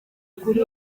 kuri